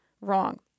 wrong